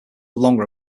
longer